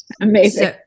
amazing